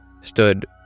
stood